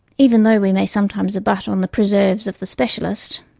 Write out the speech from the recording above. even though we may sometimes abut on the preserves of the specialist.